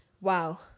Wow